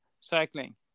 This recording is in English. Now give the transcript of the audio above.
cycling